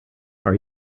are